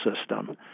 system